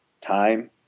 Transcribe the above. time